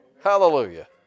Hallelujah